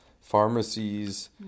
pharmacies